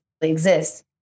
exist